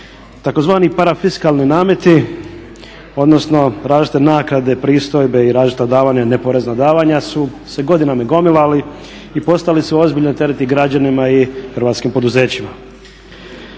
tzv. parafiskalni nameti odnosno različite naknade, pristojbe i različita davanja su se godinama gomilali i postali su ozbiljni tereti građanima i hrvatskim poduzećima.